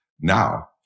now